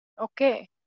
Okay